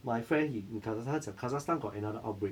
my friend he in kazakhstan 他讲 kazakhstan got another outbreak